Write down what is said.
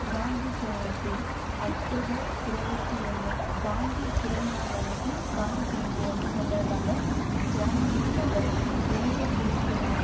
Gandhi Jayanti October இருவத்தி ஒன்று காந்தி பிறந்த நாள் அன்னிக்கி காந்தி ஜெயந்தி வந்து கொண்டாடுறாங்க ஜான்வரி லவெல் உலக சிரிப்பு நாள்